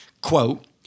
Quote